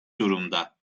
durumda